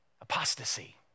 Apostasy